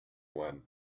when